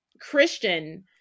Christian